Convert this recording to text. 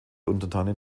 untertanen